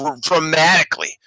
dramatically